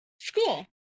school